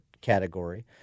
category